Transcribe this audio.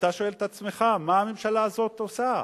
ואתה שואל את עצמך: מה הממשלה הזאת עושה?